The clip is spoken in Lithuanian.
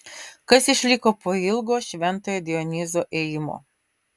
kas išliko po ilgo šventojo dionizo ėjimo